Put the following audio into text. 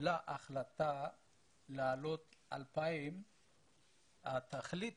קיבלה החלטה להעלות 2,000 אנשים ותכלית